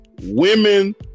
women